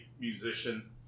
musician